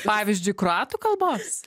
pavyzdžiui kroatų kalbos